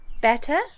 Better